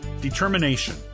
determination